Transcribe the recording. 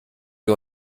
wir